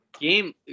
Game